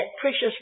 precious